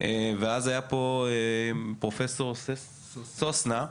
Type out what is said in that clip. ואז היה פה פרופ' סוסנה.